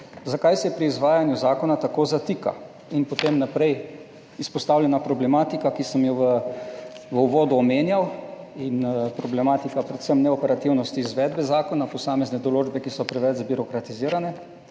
zakaj se pri izvajanju zakona tako zatika in potem naprej izpostavljena problematika, ki sem jo v uvodu omenjal, in problematika predvsem neoperativnosti izvedbe zakona, posamezne določbe, ki so preveč zbirokratizirane.